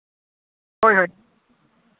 ᱦᱳᱭ ᱦᱳᱭ